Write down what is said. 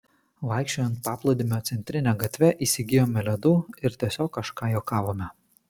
vaikščiojant paplūdimio centrine gatve įsigijome ledų ir tiesiog kažką juokavome